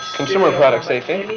consumer product safety.